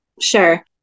Sure